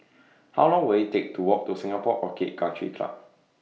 How Long Will IT Take to Walk to Singapore Orchid Country Club